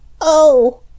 Oh